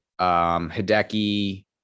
Hideki